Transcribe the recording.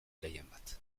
gehienbat